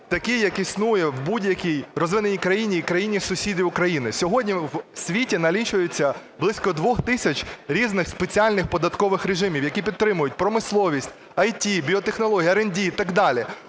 такий, як існує в будь-якій розвиненій країні і країнах сусідніх Україні. Сьогодні у світі налічується близько двох тисяч різних спеціальних податкових режимів, які підтримують промисловість, IT, біотехнології, RnD і так далі.